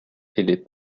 les